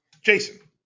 Jason